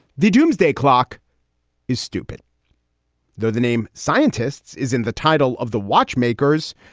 the doomsday clock is stupid though the name scientists is in the title of the watchmakers,